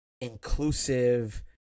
inclusive